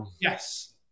yes